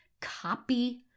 copy